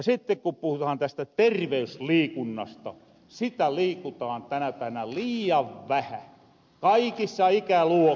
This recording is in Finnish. sitten ku puhutahan tästä terveysliikunnasta sitä liikutahan tänä päivänä liian vähä kaikissa ikäluokissa